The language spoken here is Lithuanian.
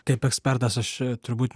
kaip ekspertas aš turbūt